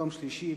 יום שלישי,